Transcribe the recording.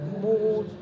more